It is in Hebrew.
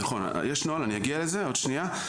נכון, יש נוהל, אני אגיע לזה עוד שנייה.